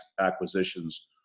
acquisitions